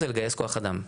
זה לגייס כוח אדם,